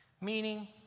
meaning